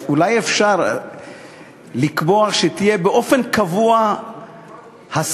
אולי אפשר לקבוע שתהיה באופן קבוע השר,